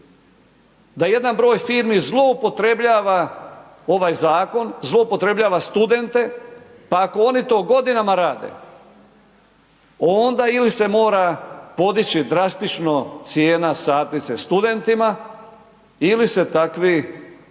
da jedan broj firmi zloupotrebljava ovaj zakon, zloupotrebljava studente pa ako oni to godinama rade, onda ili se mora podići drastično cijena satnice studentima, ili se takvi jednostavno